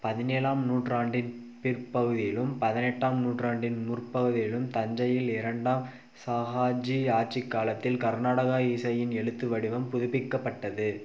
பதினேழாம் நூற்றாண்டின் பிற்பகுதியிலும் பதினெட்டாம் நூற்றாண்டின் முற்பகுதியிலும் தஞ்சையில் இரண்டாம் ஷாஹாஜி ஆட்சிக் காலத்தில் கர்நாடாகா இசையின் எழுத்து வடிவம் புதுப்பிக்கப்பட்டது